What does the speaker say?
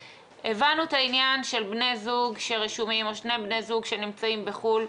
הבנו את העניין של בני זוג שרשומים או שני בני זוג שנמצאים בחו"ל,